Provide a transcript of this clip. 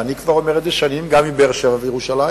ואני אומר את זה כבר שנים גם מבאר-שבע ומירושלים: